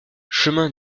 chemin